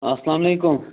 اَسلامُ علیکُم